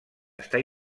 estar